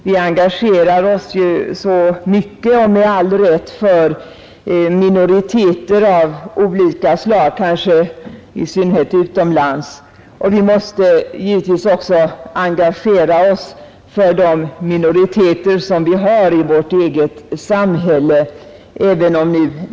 Vi engagerar oss så mycket och med all rätt för minoriteter av olika slag, kanske i synnerhet utomlands. Vi måste givetvis också 11 engagera oss för de minoriteter som vi har i vårt eget samhälle.